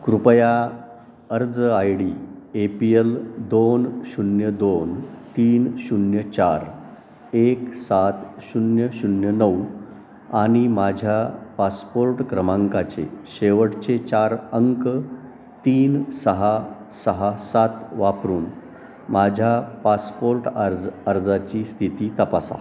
कृपया अर्ज I D A P L दोन शून्य दोन तीन शून्य चार एक सात शून्य शून्य नऊ आणि माझ्या पासपोर्ट क्रमांकाचे शेवटचे चार अंक तीन सहा सहा सात वापरून माझ्या पासपोर्ट अर्ज अर्जाची स्थिती तपासा